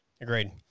Agreed